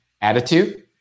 attitude